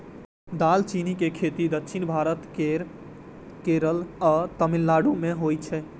दालचीनी के खेती दक्षिण भारत केर केरल आ तमिलनाडु मे होइ छै